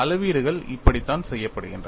அளவீடுகள் இப்படித்தான் செய்யப்படுகின்றன